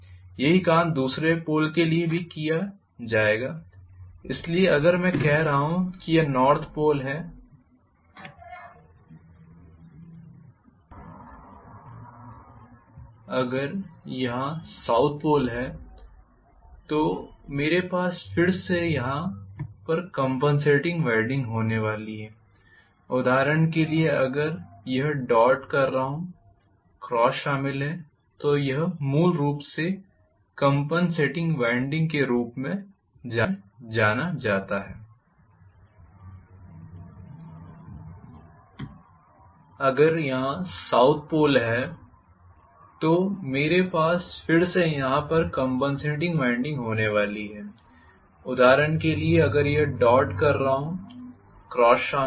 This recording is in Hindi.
यही काम दूसरे पोल के लिए भी किया जाएगा इसलिए अगर मैं कह रहा हूँ कि यह नॉर्थ पोल है अगर यहाँ साउथ पोल है तो मेरे पास फिर से यहाँ पर कॅंपनसेटिंग वाइंडिंग होने वाली है उदाहरण के लिए अगर यह डॉट कर रहा हूँ क्रॉस शामिल हैं